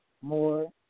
more